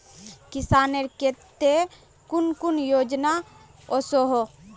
किसानेर केते कुन कुन योजना ओसोहो?